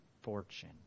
fortune